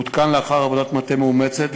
עודכן לאחר עבודת מטה מאומצת,